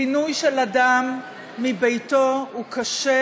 פינוי של אדם מביתו הוא קשה,